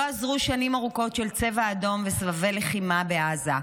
לא עזרו שנים ארוכות של צבע אדום וסבבי לחימה בעזה,